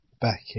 back